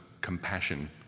compassion